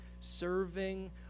serving